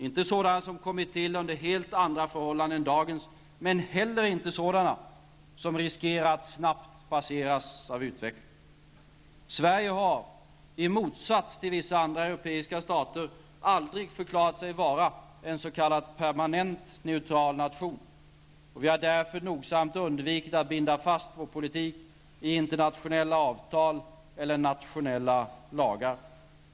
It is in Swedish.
Inte sådana som kommit till under helt andra förhållanden än dagens, men heller inte sådana som riskerar att snabbt passeras av utvecklingen. Sverige har i motsats till vissa andra europeiska stater aldrig förklarat sig vara en s.k. permanent neutral nation, och vi har därför nogsamt undvikit att binda fast vår politik i internationella avtal eller nationella lagar.